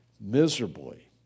Miserably